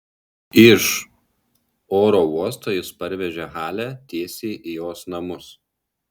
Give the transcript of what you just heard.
iš oro uosto jis parvežė halę tiesiai į jos namus